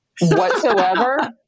Whatsoever